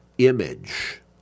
image